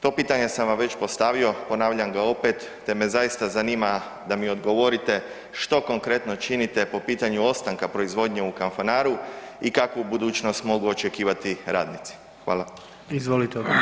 To pitanje sam vam već postavio, ponavljam ga opet te me zaista zanima da mi odgovorite što konkretno činite po pitanju ostanka proizvodnje u Kanfanaru i kakvu budućnost mogu očekivati radnici.